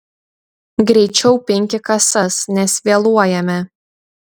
greičiau pinki kasas nes vėluojame